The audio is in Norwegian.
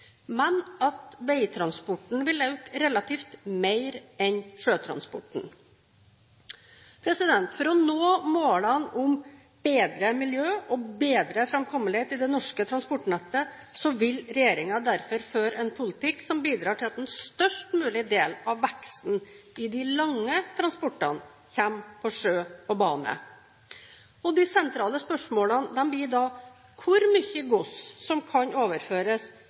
men at veitransporten vil øke relativt mer enn sjøtransporten. For å nå målene om bedre miljø og bedre framkommelighet i det norske transportnettet vil regjeringen derfor føre en politikk som bidrar til at en størst mulig del av veksten i de lange transportene kommer på sjø og bane. De sentrale spørsmålene blir da hvor mye gods som kan overføres